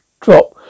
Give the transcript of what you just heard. drop